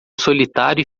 solitário